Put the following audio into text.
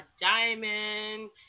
Diamond